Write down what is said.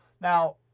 Now